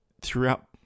throughout